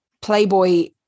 Playboy